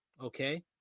Okay